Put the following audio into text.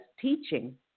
teaching